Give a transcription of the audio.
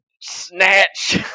snatch